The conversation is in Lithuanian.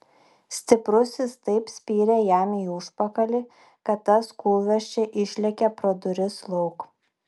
stiprusis taip spyrė jam į užpakalį kad tas kūlversčia išlėkė pro duris lauk